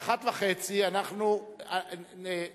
ואם תהיה הפסקה,